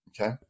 okay